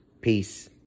Peace